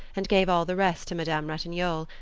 and gave all the rest to madame ratignolle,